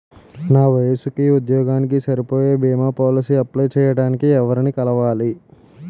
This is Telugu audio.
నా వయసుకి, ఉద్యోగానికి సరిపోయే భీమా పోలసీ అప్లయ్ చేయటానికి ఎవరిని కలవాలి?